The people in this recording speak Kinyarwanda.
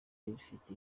rifite